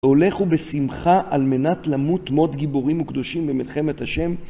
והולכו בשמחה על מנת למות מות גיבורים וקדושים במלחמת השם.